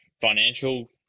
financial